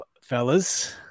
fellas